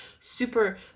super